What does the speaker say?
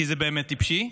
כי זה באמת טיפשי.